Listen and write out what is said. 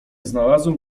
znalazłem